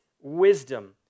wisdom